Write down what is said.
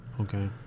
Okay